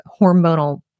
hormonal